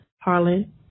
Harlan